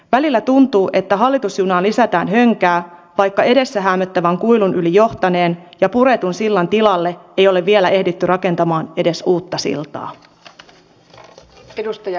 välillä tuntuu että hallitusjunaan lisätään hönkää vaikka edessä häämöttävän kuilun yli johtaneen ja puretun sillan tilalle ei ole vielä ehditty rakentamaan edes uutta siltaa